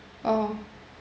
oh